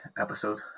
episode